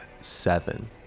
seven